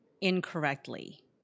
incorrectly